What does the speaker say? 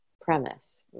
premise